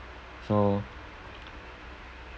so